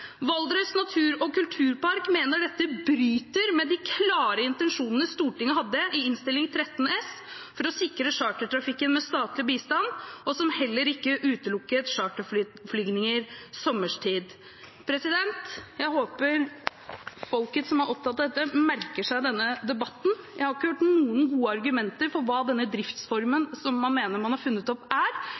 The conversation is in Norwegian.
Valdres Natur- og Kulturpark mener dette bryter med de klare intensjonene Stortinget hadde i Innst. 13 S for å sikre chartertrafikken med statlig bistand, og som heller ikke utelukket charterflygninger sommerstid. Jeg håper folket som er opptatt av dette, merker seg denne debatten. Jeg har ikke hørt noen gode argumenter for hva denne driftsformen som man mener man har funnet opp, er.